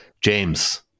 James